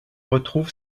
retrouve